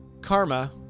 Karma